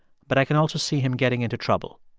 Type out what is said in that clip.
but i can also see him getting into trouble.